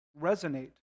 resonate